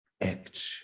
act